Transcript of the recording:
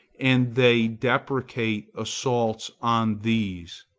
and they deprecate assaults on these,